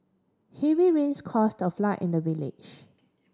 heavy rains caused a flood in the village